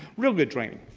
real good training.